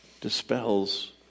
dispels